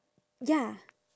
ya